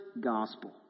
gospel